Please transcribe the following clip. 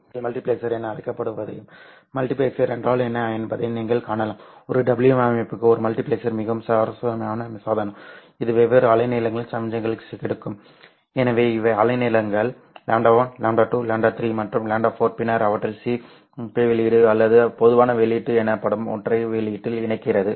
சந்தையில் மல்டிபிளெக்சர் என அழைக்கப்படுவதையும் மல்டிபிளெக்சர் என்றால் என்ன என்பதையும் நீங்கள் காணலாம் ஒரு WDM அமைப்புக்கு ஒரு மல்டிபிளெக்சர் மிகவும் சுவாரஸ்யமான சாதனம் இது வெவ்வேறு அலைநீளங்களின் சமிக்ஞைகளை எடுக்கும் எனவே இவை அலைநீளங்கள் λ1 λ2 λ3 மற்றும் λ4 பின்னர் அவற்றை சீப்பு வெளியீடு அல்லது பொதுவான வெளியீடு எனப்படும் ஒற்றை வெளியீட்டில் இணைக்கிறது